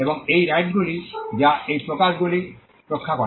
এবং এই রাইটসগুলি যা এই প্রকাশগুলি রক্ষা করে